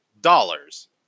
dollars